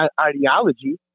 ideology